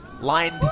lined